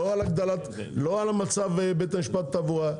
לא על מצב בית משפט לתעבורה,